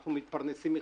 שאנחנו מתפרנסים מחקלאות.